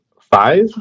Five